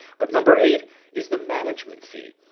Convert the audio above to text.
but number eight is the management fee.